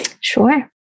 Sure